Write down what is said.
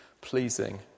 pleasing